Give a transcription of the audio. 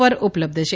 ઉપર ઉપલબ્ધ છે